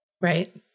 Right